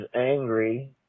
angry